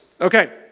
Okay